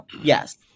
Yes